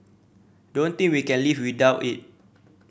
don't think we can live without it